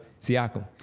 Siakam